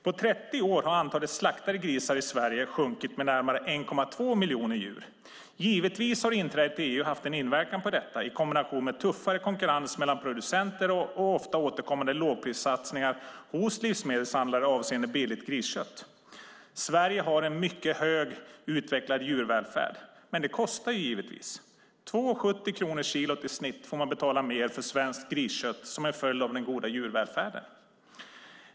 På 30 år har antalet slaktade grisar i Sverige sjunkit med närmare 1,2 miljoner djur. Givetvis har inträdet i EU haft en inverkan på detta i kombination med tuffare konkurrens mellan producenter och ofta återkommande lågprissatsningar hos livsmedelshandlare avseende billigt griskött. Sverige har en mycket högt utvecklad djurvälfärd. Det kostar givetvis; 2:70 per kilo i snitt får man betala mer för svenskt griskött som en följd av den goda djurvälfärden.